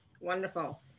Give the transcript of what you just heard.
Wonderful